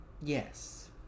Yes